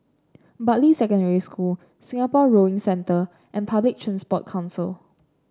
Bartley Secondary School Singapore Rowing Centre and Public Transport Council